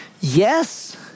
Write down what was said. Yes